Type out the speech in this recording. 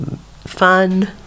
fun